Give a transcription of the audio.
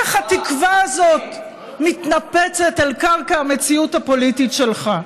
איך התקווה הזאת מתנפצת על קרקע המציאות הפוליטית שלך.